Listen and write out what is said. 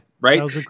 right